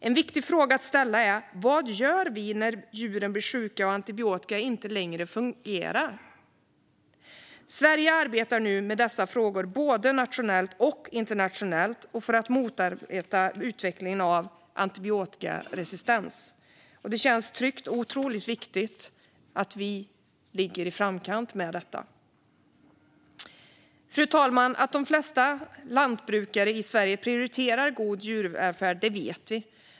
En viktig fråga att ställa är: Vad gör vi när djuren blir sjuka och antibiotika inte längre fungerar? Sverige arbetar nu med dessa frågor, både nationellt och internationellt, för att motarbeta utvecklingen av antibiotikaresistens. Det känns tryggt och otroligt viktigt att vi ligger i framkant med detta. Fru talman! Att de flesta lantbrukare i Sverige prioriterar god djurvälfärd vet vi.